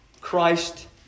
Christ